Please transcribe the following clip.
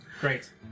Great